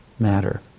Matter